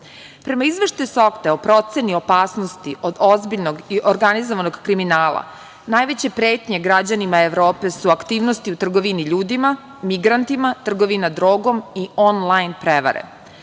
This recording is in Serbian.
izveštaju SOCT-e o proceni opasnosti od ozbiljnog i organizovanog kriminala najveće pretnje građanima Evrope su aktivnosti u trgovini ljudima, migrantima, trgovina drogom i on-line prevare.